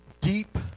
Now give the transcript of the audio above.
deep